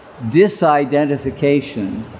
disidentification